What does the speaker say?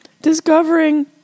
discovering